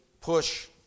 push